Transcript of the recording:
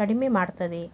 ಕಡಿಮೆಮಾಡ್ತದೆ